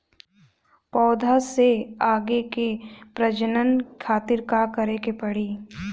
पौधा से आगे के प्रजनन खातिर का करे के पड़ी?